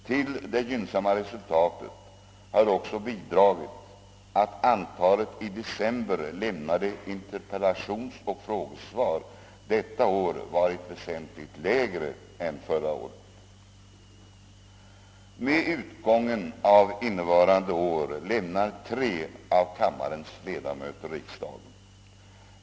Till det gynnsamma resultatet har också bidragit att antalet i december lämnade interpellationsoch frågesvar detta år varit väsentligt lägre än förra året. Med utgången av innevarande år lämnar fyra av kammarens ledamöter riksdagen.